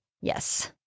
Yes